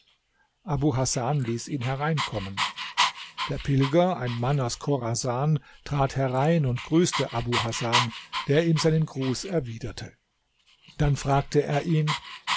hasan ließ ihn hereinkommen der pilger ein mann aus chorasan trat herein und grüßte abu hasan der ihm seinen gruß erwiderte dann fragte er ihn